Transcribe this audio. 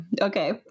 Okay